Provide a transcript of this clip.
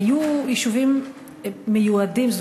היו יישובים מיועדים,